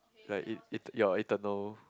like it it your eternal